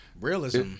Realism